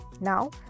Now